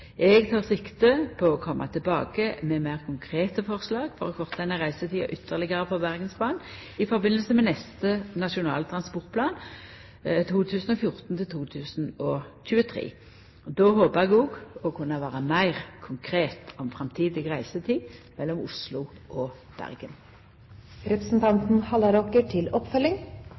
Eg tek sikte på å koma tilbake med meir konkrete forslag for å korta ned reisetida ytterlegare på Bergensbanen i samband med neste nasjonal transportplan, for 2014–2023. Då håpar eg òg å kunna vera meir konkret om framtidig reisetid mellom Oslo og